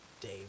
Dave